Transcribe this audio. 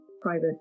private